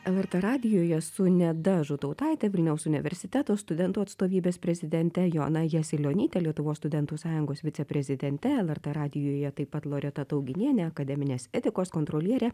lrt radijuje su neda žutautaite vilniaus universiteto studentų atstovybės prezidente joana jasilionyte lietuvos studentų sąjungos viceprezidente lrt radijuje taip pat loreta tauginienė akademinės etikos kontrolierė